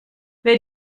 wer